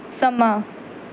ਸਮਾਂ